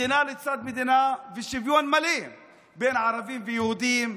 מדינה לצד מדינה ושוויון מלא בין ערבים ליהודים.